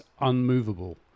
unmovable